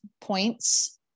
points